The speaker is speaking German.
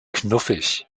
knuffig